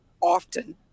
often